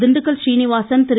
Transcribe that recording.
Dindigul Srinivasan Thiru